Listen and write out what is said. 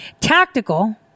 Tactical